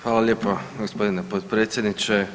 Hvala lijepo gospodine potpredsjedniče.